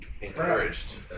Encouraged